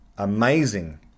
Amazing